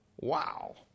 Wow